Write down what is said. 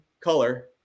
color